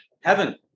heaven